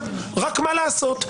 רק מה לעשות,